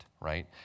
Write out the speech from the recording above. right